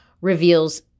reveals